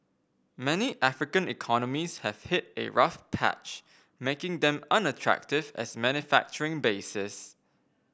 many African economies have hit a rough patch making them unattractive as manufacturing bases